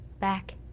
back